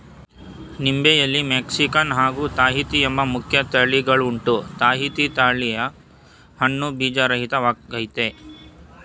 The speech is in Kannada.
ನಿಂಬೆಯಲ್ಲಿ ಮೆಕ್ಸಿಕನ್ ಹಾಗೂ ತಾಹಿತಿ ಎಂಬ ಮುಖ್ಯ ತಳಿಗಳುಂಟು ತಾಹಿತಿ ತಳಿಯ ಹಣ್ಣು ಬೀಜರಹಿತ ವಾಗಯ್ತೆ